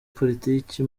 politiki